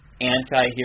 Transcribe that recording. anti-hero